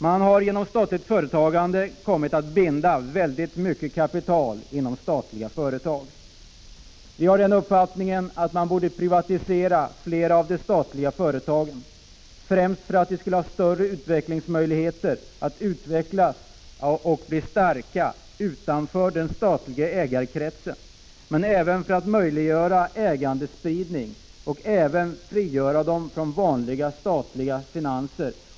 Man har genom statligt företagande kommit att binda väldigt mycket kapital inom statliga företag. Vi har den uppfattningen att man borde privatisera flera av de statliga företagen, främst därför att företagen skulle ha större möjligheter att utvecklas och bli starka utanför den statliga ägarkretsen och även för att möjliggöra ökad spridning av ägandet samt också för att frigöra dem från vanliga statliga finanser.